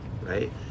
right